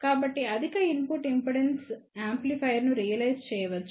కాబట్టి అధిక input impedance యాంప్లిఫైయర్ను రియలైజ్ చేయవచ్చు